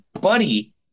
buddy